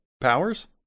powers